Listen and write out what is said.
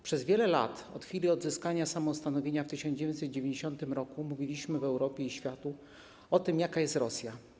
Przez wiele lat od chwili odzyskania samostanowienia w 1990 r. mówiliśmy Europie i światu o tym, jaka jest Rosja.